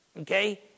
okay